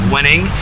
Winning